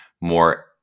more